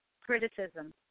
criticism